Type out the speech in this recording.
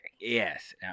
yes